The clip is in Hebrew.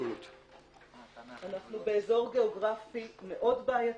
אנחנו באזור גיאוגרפי מאוד בעייתי.